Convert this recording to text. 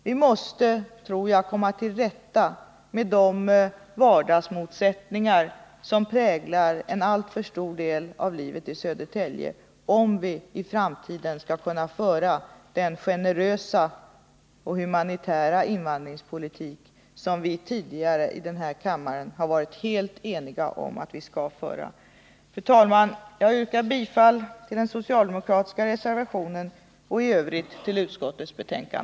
Jag tror att vi måste komma till rätta med de vardagsmotsättningar som präglar en alltför stor del av livet i Södertälje, om vi i framtiden skall kunna föra den generösa och humanitära invandringspolitik som vi tidigare i den här kammaren varit helt eniga om att vi skall föra. Fru talman! Jag yrkar bifall till den socialdemokratiska reservationen och i övrigt till utskottets hemställan.